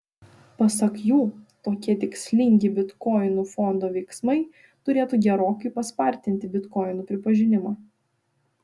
pasak jų tokie tikslingi bitkoinų fondo veiksmai turėtų gerokai paspartinti bitkoinų pripažinimą